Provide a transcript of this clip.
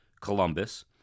Columbus